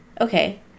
okay